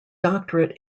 doctorate